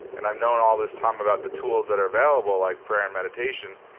and i've known all this time about the tools that are available, like prayer and meditation,